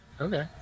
Okay